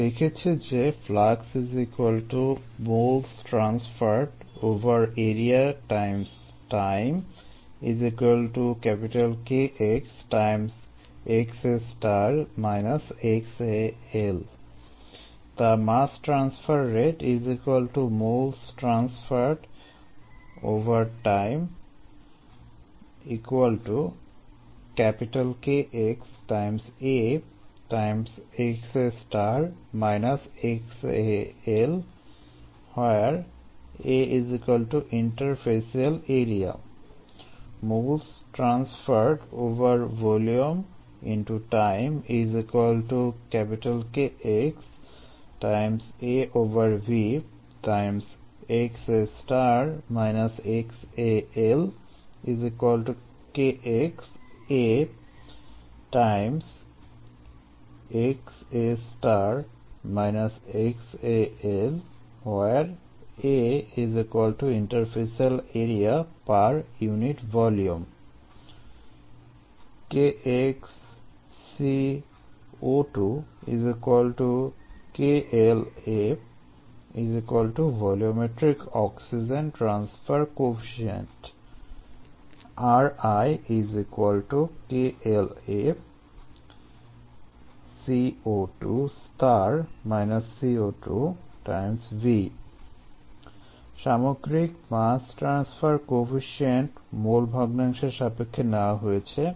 আমরা দেখেছি যে সামগ্রিক মাস ট্রান্সফার কোয়েফিসিয়েন্ট মোল ভগ্নাংশের সাপেক্ষে নেওয়া হয়েছে